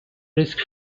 risk